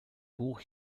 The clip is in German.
buch